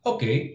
Okay